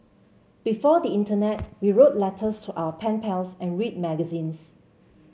before the internet we wrote letters to our pen pals and read magazines